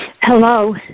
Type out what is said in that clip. Hello